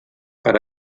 per